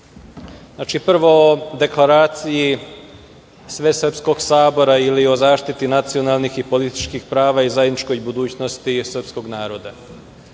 Prvo o Deklaraciji Svesrpskog sabora ili o zaštiti nacionalnih i političkih prava i zajedničkoj budućnosti srpskog naroda. Ova